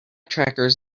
trackers